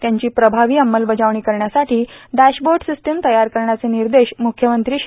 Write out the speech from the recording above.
त्यांची प्रभावी अंमलबजावणी करण्यासाठी डॅशबोर्ड सिस्टीम तयार करण्याचे निर्देश मुख्यमंत्री श्री